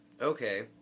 Okay